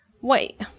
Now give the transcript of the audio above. wait